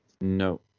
No